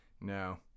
No